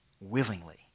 Willingly